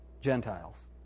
Gentiles